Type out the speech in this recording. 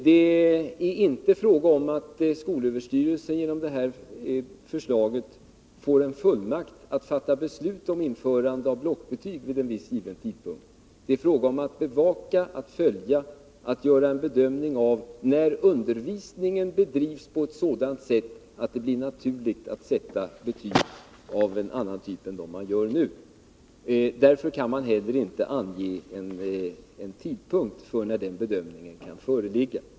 Det är inte fråga om att skolöverstyrelsen genom det här förslaget får fullmakt att fatta beslut om införande av blockbetyg vid en viss given tidpunkt. Det är fråga om att bevaka och följa och att göra en bedömning av när undervisningen bedrivs på sådant sätt att det blir naturligt att sätta betyg av annan typ än vi gör nu. Därför går det inte heller att ange någon tidpunkt för när denna bedömning kan föreligga.